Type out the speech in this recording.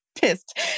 pissed